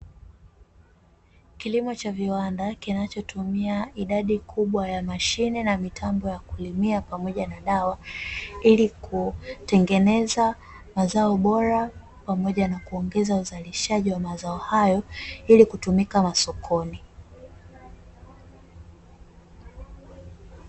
Kilimo cha viwanda kinachotumia idadi kubwa ya mashine na mitambo ya kulimia pamoja na dawa, ili kutengeneza mazao bora pamoja na kuongeza uzalishaji wa mazao hayo ili kutumika masokoni.